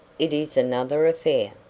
it is another affair.